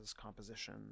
composition